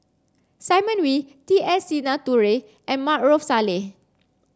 Simon Wee T S Sinnathuray and Maarof Salleh